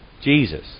Jesus